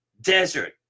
desert